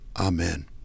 Amen